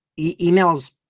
emails